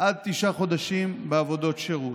עד תשעה חודשים בעבודות שירות.